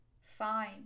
Fine